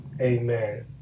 amen